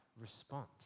response